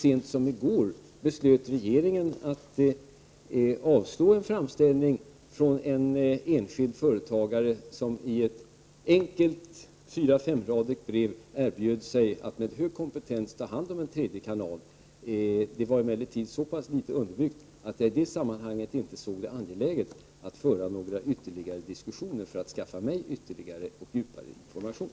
Så sent som i går beslöt regeringen att avslå en framställning från en TV-kanal enskild företagare som i ett enkelt, 4-5-radigt brev erbjöd sig att med hög kompetens ta hand om en tredje kanal. Det var emellertid så litet underbyggt att jag i det sammanhanget inte ansåg det angeläget att föra några ytterligare diskussioner för att skaffa mig ytterligare och djupare information.